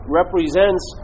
represents